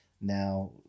Now